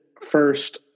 first